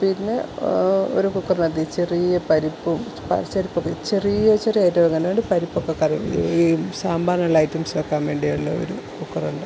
പിന്നെ ഒരു കുക്കറിനകത്തീ ചെറിയ പരിപ്പും ചെറിയ ചെറൈറ്റവ ണ്ട് പരിപ്പൊക്കെ കറി വയ്ക്കും ഈ സാമ്പാറിനുള്ള ഐറ്റംസ് വെയ്ക്കാൻ വേണ്ടിയുള്ള ഒരു കുക്കറുണ്ട്